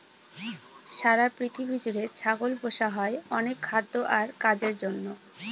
সারা পৃথিবী জুড়ে ছাগল পোষা হয় অনেক খাদ্য আর কাজের জন্য